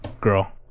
girl